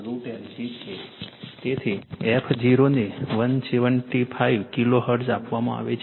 તેથી f0 ને 175 kilohertz આપવામાં આવે છે